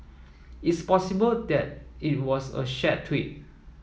it's possible that it was a shared tweet